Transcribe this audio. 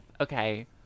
Okay